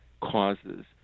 causes